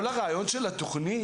כל הרעיון של התוכנית